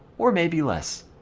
or maybe less,